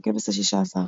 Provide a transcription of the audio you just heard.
"הכבש השישה עשר".